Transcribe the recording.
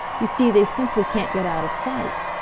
you see they simply can't get out of sight.